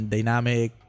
Dynamic